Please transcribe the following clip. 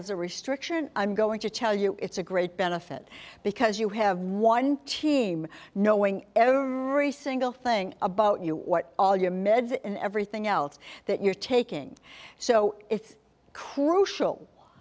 as a restriction i'm going to tell you it's a great benefit because you have one team knowing every three single thing about you what all your meds and everything else that you're taking so it's crucial